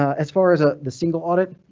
as far as ah the single audit,